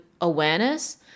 awareness